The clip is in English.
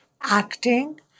acting